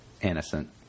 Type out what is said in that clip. innocent